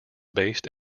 based